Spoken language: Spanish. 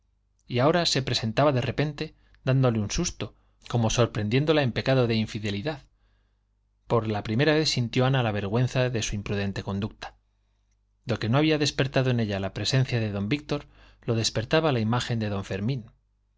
y ahora se presentaba de repente dándole un susto como sorprendiéndola en pecado de infidelidad por la primera vez sintió ana la vergüenza de su imprudente conducta lo que no había despertado en ella la presencia de don víctor lo despertaba la imagen de don fermín